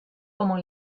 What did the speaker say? como